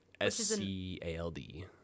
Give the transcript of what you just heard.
S-C-A-L-D